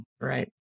right